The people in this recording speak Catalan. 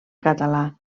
català